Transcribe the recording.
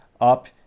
up